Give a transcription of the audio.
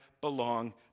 belong